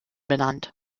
benannt